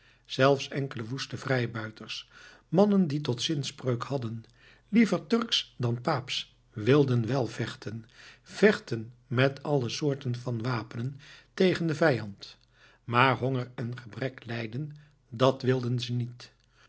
zelfs enkele woeste vrijbuiters mannen die tot zinspreuk hadden liever turksch dan paapsch wilden wel vechten vechten met alle soorten van wapenen tegen den vijand maar honger en gebrek lijden dat wilden ze niet